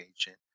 agent